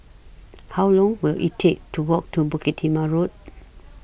How Long Will IT Take to Walk to Bukit Timah Road